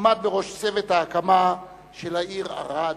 עמד בראש צוות ההקמה של העיר ערד,